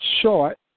short